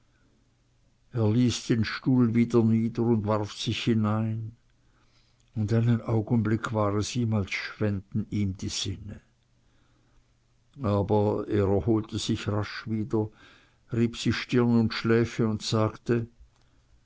er ließ den stuhl wieder nieder und warf sich hinein und einen augenblick war es ihm als schwänden ihm die sinne aber er erholte sich rasch wieder rieb sich stirn und schläfe und sagte